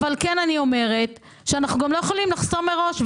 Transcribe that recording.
אבל אני אומרת שאנחנו גם לא יכולים לחסום מראש.